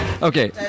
Okay